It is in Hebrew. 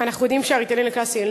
אנחנו יודעים שה"ריטלין" הקלאסי לא